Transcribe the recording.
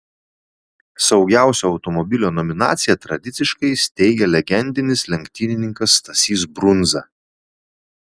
saugiausio automobilio nominaciją tradiciškai steigia legendinis lenktynininkas stasys brundza